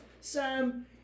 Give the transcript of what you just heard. Sam